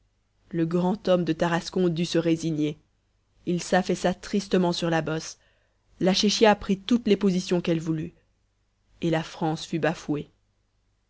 le grand homme de tarascon dut se résigner il s'affaissa tristement sur la bosse la chéchia prit toutes les positions qu'elle voulut et la france fut bafouée